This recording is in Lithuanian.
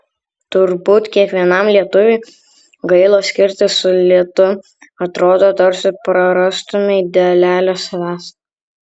turbūt kiekvienam lietuviui gaila skirtis su litu atrodo tarsi prarastumei dalelę savęs